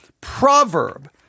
proverb